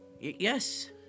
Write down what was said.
Yes